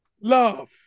love